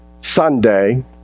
Sunday